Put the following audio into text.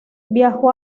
viajó